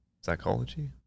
psychology